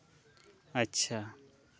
ᱟᱪᱪᱷᱟ